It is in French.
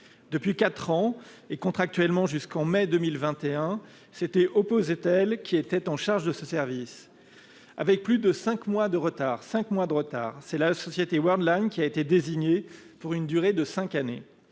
Depuis quatre ans, et contractuellement jusqu'à mai 2021, la société Opposetel avait la charge de ce service. Avec plus de cinq mois de retard, la société Wordline a finalement été désignée pour une durée de cinq années.